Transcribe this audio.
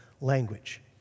language